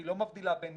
היא לא מבדילה בין